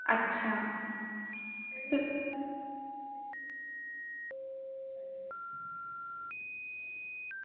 अच्छा ते